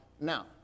now